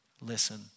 listen